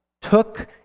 took